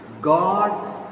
God